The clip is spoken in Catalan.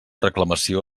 reclamació